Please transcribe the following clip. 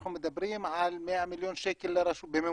אנחנו מדברים על 100 מיליון שקל בממוצע